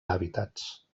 hàbitats